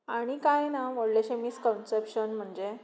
आनी कांय ना व्हडलेंशें मिसकन्सेपशन म्हणचें